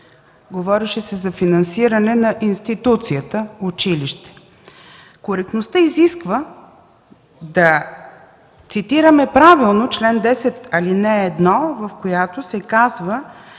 говореше се за финансиране на институцията „училище”. Коректността изисква да цитираме правилно чл. 10, ал. 1, в която се казва,